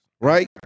right